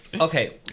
okay